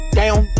down